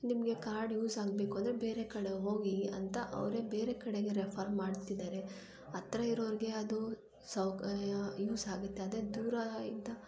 ನಿಮಗೆ card use ಆಗ್ಬೇಕೂಂದರೆ ಬೇರೆ ಕಡೆ ಹೋಗಿ ಅಂತ ಅವರೇ ಬೇರೆ ಕಡೆಗೆ ರೆಫರ್ ಮಾಡ್ತಿದ್ದಾರೆ ಹತ್ರ ಇರೋರಿಗೆ ಅದು ಸೌಕ್ ಯೂಸ್ ಆಗತ್ತೆ ಅದೇ ದೂರ ಇದ್ದ